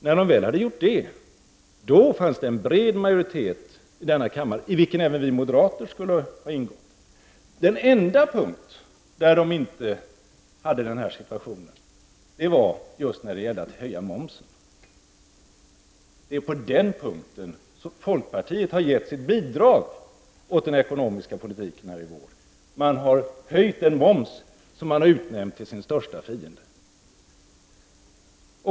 När de väl hade gjort det, fanns det en bred majoritet i denna kammare, i vilken även vi moderater skulle ha ingått. Den enda punkt där man inte hade den situationen var just när det gällde att höja momsen. Det är på den punkten som folkpartiet har gett sitt bidrag till den ekonomiska politiken här i vår. Man har höjt en moms som man utnämnt till sin största fiende.